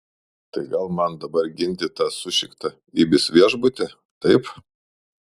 tai gal man dabar ginti tą sušiktą ibis viešbutį taip